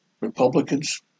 Republicans